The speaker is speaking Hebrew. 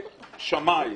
שמאי?